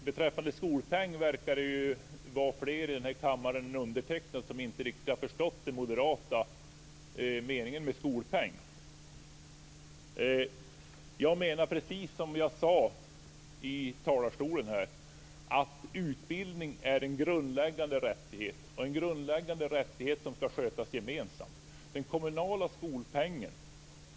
Herr talman! Det verkar vara fler än undertecknad här i kammaren som inte riktigt har förstått meningen med moderaternas skolpeng. Jag menar, precis som jag sade i talarstolen, att utbildning är en grundläggande rättighet och en grundläggande rättighet som skall skötas gemensamt.